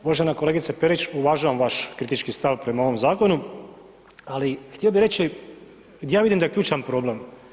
Uvažena kolegice Perić, uvažavam vaš kritički stav prema ovom zakonu, ali htio bi reći gdje ja vidim da je ključan problem.